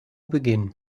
beginnen